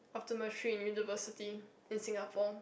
optometry in university in Singapore